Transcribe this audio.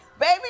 Baby